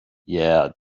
yes